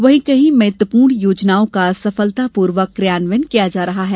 वहीं कई महत्वपूर्ण योजनाओं का सफलता पूर्वक क्रियान्वयन किया जा रहा है